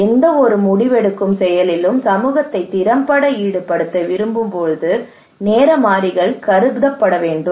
எந்தவொரு முடிவெடுக்கும் செயலிலும் சமூகத்தை திறம்பட ஈடுபடுத்த விரும்பும்போது நேர மாறிகள் கருதப்பட வேண்டும்